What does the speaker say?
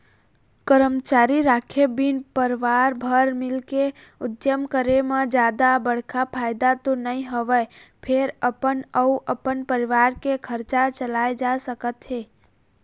करमचारी राखे बिन परवार भर मिलके उद्यम करे म जादा बड़का फायदा तो नइ होवय फेर अपन अउ अपन परवार के खरचा चलाए जा सकत हे